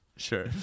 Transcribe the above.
Sure